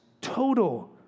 total